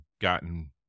gotten